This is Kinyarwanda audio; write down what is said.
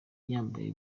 yambaye